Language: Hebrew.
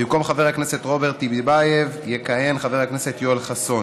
במקום חבר הכנסת רוברט טיבייב יכהן חבר הכנסת יואל חסון.